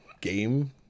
game